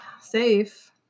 safe